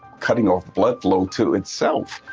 cutting off blood flow to itself,